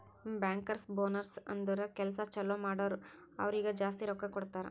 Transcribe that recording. bankers bonus ಅಂದುರ್ ಕೆಲ್ಸಾ ಛಲೋ ಮಾಡುರ್ ಅವ್ರಿಗ ಜಾಸ್ತಿ ರೊಕ್ಕಾ ಕೊಡ್ತಾರ್